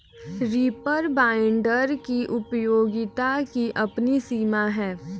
reaper binder की उपयोगिता की अपनी सीमा है